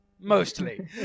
mostly